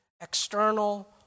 external